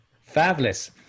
Fabulous